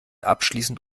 abschließend